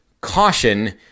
caution